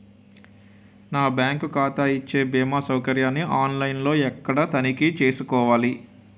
నా బ్యాంకు ఖాతా ఇచ్చే భీమా సౌకర్యాన్ని ఆన్ లైన్ లో ఎక్కడ తనిఖీ చేసుకోవాలి?